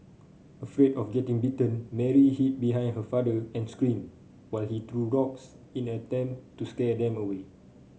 afraid of getting bitten Mary hid behind her father and screamed while he threw rocks in an attempt to scare them away